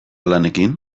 lanekin